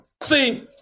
See